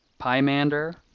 Pymander